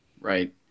Right